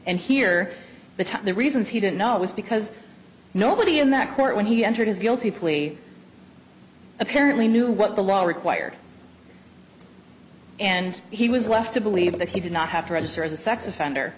and here the time the reasons he didn't know it was because nobody in that court when he entered his guilty plea apparently knew what the law required and he was left to believe that he did not have to register as a sex offender